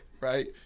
right